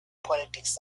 politics